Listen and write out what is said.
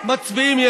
זה לא משילות.